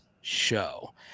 show